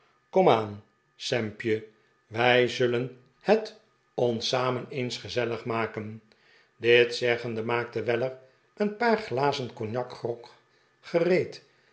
komaan sampje wij zullen het ons samen eens gezellig maken dit zeggende maakte weller een paar glazen cognacgrog gereed